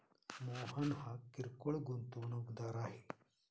मोहन हा किरकोळ गुंतवणूकदार आहे